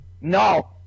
No